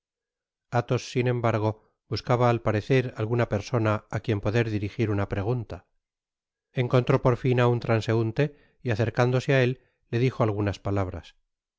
athos sin embargo buscaba al parecer alguna persona á quien poder dirigir una pregunta encontró por fin á un transeunte y acercándose á él le dijo algunas palabras